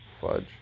fudge